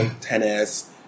tennis